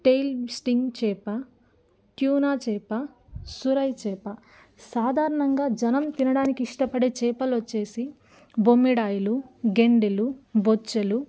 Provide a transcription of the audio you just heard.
టైల్స్టింగ్ చేప ట్యూనా చేప సురై చేప సాధారణంగా జనం తినడానికి ఇష్టపడే చేపలు వచ్చి బొమ్మెడాయిలు గెండెలు బొచ్చెలు